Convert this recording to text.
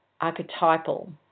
archetypal